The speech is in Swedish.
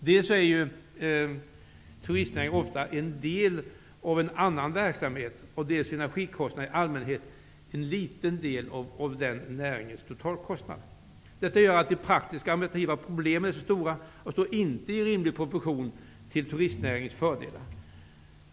Dels är turistnäringen ofta en del av en annan verksamhet, dels är energikostnaden en liten del av turistnäringens totalkostnad. Detta gör att de praktiska och administrativa problemen är stora, och de står inte i proportion till turistnäringens fördelar.